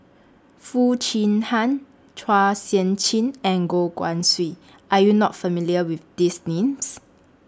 Foo Chee Han Chua Sian Chin and Goh Guan Siew Are YOU not familiar with These Names